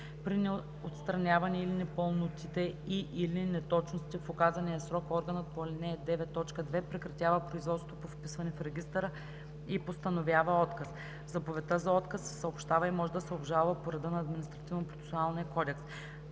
При неотстраняване на непълнотите и/или неточностите в указания срок органът по ал. 9, т. 2 прекратява производството по вписване в регистъра и постановява отказ. Заповедта за отказ се съобщава и може да се обжалва по реда на